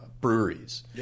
breweries